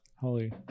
Holy